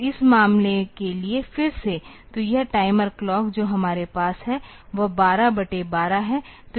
तो इस मामले के लिए फिर से तो यह टाइमर क्लॉक जो हमारे पास है वह 12 बटे 12 है